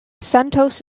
santos